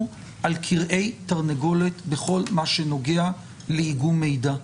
על כרעי תרנגולת בכל מה שנוגע לאיגום מידע.